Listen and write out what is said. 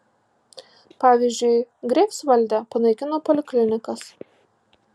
pavyzdžiui greifsvalde panaikino poliklinikas